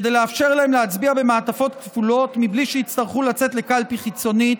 כדי לאפשר להם להצביע במעטפות כפולות בלי שיצטרכו לצאת לקלפי חיצונית,